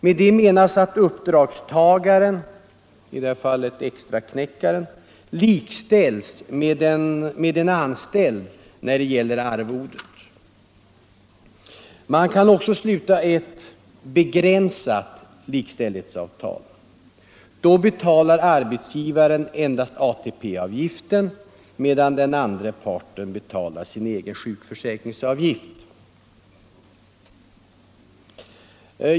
Med det menas att uppdragstagaren, i det här fallet extraknäckaren, likställs med en anställd när det gäller arvodet. Man kan också sluta ett begränsat likställighetsavtal. Då betalar arbetsgivaren endast ATP-avgiften, medan den andra parten betalar sin egen sjukförsäkringsavgift.